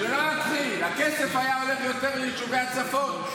הכסף היה הולך יותר ליישובי הצפון.